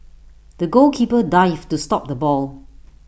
the goalkeeper dived to stop the ball